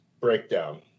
breakdown